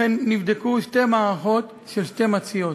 אכן נבדקו שתי מערכות של שתי מציעות.